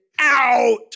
out